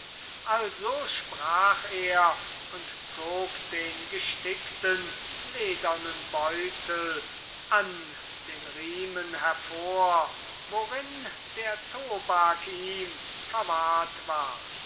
also sprach er und zog den gestickten ledernen beutel an den riemen hervor worin der tobak ihm verwahrt war